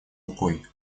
рукой